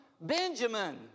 Benjamin